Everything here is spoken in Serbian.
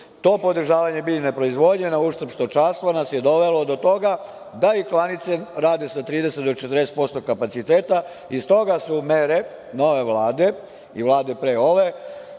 To podržavanje biljne proizvodnje na uštrb stočarstva nas je dovelo do toga da i klanice rade sa 30 do 40% kapaciteta i stoga su mere nove Vlade i vlade pre ove